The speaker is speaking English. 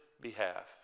behalf